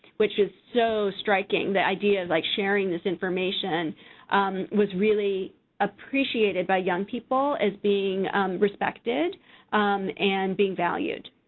which is so striking. the idea of, like, sharing this information was really appreciated by young people as being respected and being valued.